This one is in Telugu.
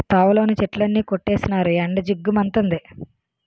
తోవలోని చెట్లన్నీ కొట్టీసినారు ఎండ జిగ్గు మంతంది